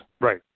right